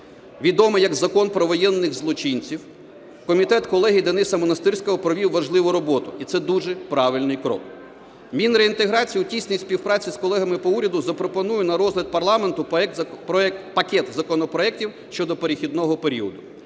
відомий як Закон про воєнних злочинців. Комітет колеги Дениса Монастирського провів важливу роботу. І це дуже правильний крок. Мінреінтеграції у тісній співпраці з колегами по уряду запропонує на розгляд парламенту пакет законопроектів щодо перехідного періоду.